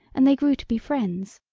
and they grew to be friends.